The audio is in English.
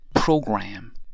program